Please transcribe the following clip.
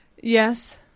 Yes